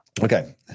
Okay